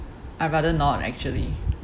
I'd rather not actually